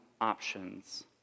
options